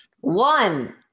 One